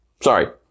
Sorry